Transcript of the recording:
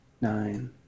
nine